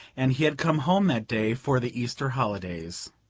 and he had come home that day for the easter holidays.